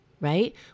right